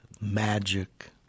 magic